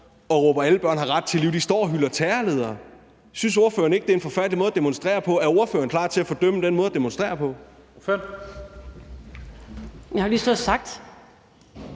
og råber, at alle børn har ret til liv, står og hylder terrorledere? Synes ordføreren ikke, at det er en forfærdelig måde at demonstrere på, og er ordføreren klar til at fordømme den måde at demonstrere på? Kl. 10:18 Første